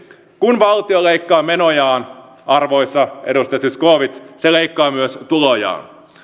kun valtio leikkaa menojaan arvoisa edustaja zyskowicz se leikkaa myös tulojaan